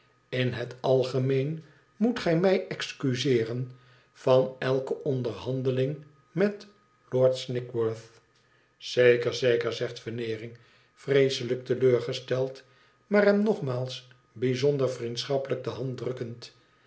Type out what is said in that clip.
tin het algemeen moet gij mij excuseeren van elke onderhandeling met lord snigsworth zeker zeker zet veneering vreeselijk te leur gesteld maar hem nogmaals bijzonder vnendschappelijk de hand drukkend